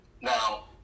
Now